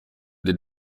did